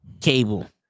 Cable